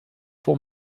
pour